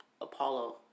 Apollo